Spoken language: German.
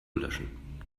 löschen